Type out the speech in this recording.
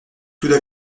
tout